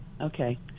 Okay